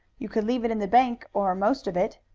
you could leave it in the bank, or most of it.